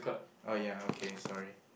oh ya okay sorry